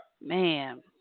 Man